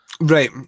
right